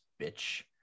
bitch